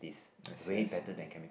ppo I see I see